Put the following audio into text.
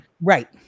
Right